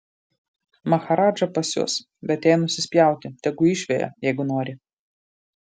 maharadža pasius bet jai nusispjauti tegu išveja jeigu nori